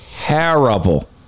terrible